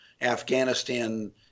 Afghanistan